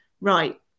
right